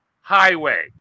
highway